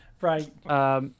right